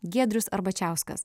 giedrius arbačiauskas